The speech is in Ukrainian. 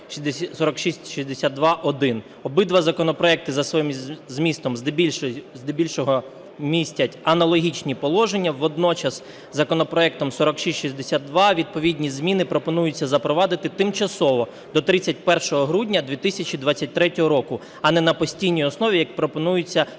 Обидва законопроекти за своїм змістом здебільшого містять аналогічні положення. Водночас законопроектом 4662 відповідні зміни пропонуються запровадити тимчасово до 31 грудня 2023 року, а не на постійній основі, як пропонується урядовим